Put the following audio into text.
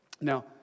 Now